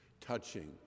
touching